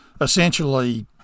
essentially